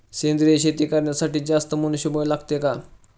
सेंद्रिय शेती करण्यासाठी जास्त मनुष्यबळ लागते का?